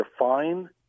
define